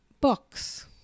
books